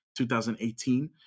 2018